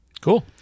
Cool